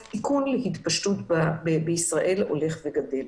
הסיכון להתפשטות המחלה יגדל.